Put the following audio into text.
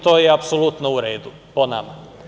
To je apsolutno u redu, po nama.